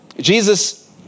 Jesus